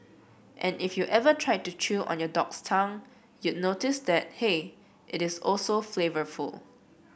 and if you ever tried to chew on your dog's tongue you'd notice that hey it is also quite flavourful